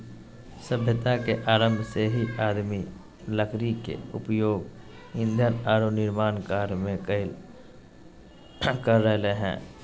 सभ्यता के आरंभ से ही आदमी लकड़ी के उपयोग ईंधन आरो निर्माण कार्य में कर रहले हें